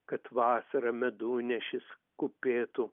kad vasarą medunešis kupėtų